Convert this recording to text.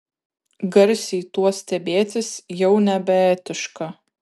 garsiai tuo stebėtis jau nebeetiška